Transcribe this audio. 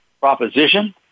proposition